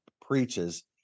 preaches